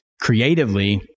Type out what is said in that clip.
creatively